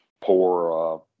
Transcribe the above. poor